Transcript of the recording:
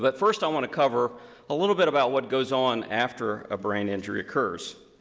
but first, i want to cover a little bit about what goes on after a brain injury occurs.